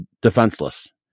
defenseless